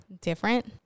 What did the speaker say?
different